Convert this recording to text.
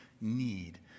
need